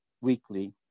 weekly